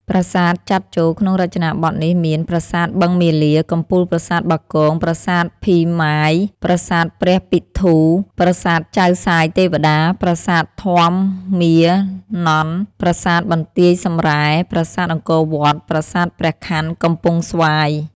ប្រាសាទចាត់ចូលក្នុងរចនាបថនេះមាន ប្រាសាទបឹងមាលា កំពូលប្រាសាទបាគង ប្រាសាទភីម៉ាយ ប្រាសាទព្រះពិធូ ប្រាសាទចៅសាយទេវតា ប្រាសាទធម្មានន្ទ ប្រាសាទបន្ទាយសំរ៉ែ ប្រាសាទអង្គរវត្ត ប្រាសាទ ព្រះខន័ កំពង់ស្វាយ ។